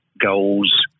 goals